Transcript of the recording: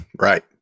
right